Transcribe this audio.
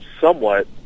somewhat